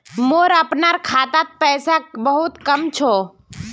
मोर अपनार खातात पैसा बहुत कम छ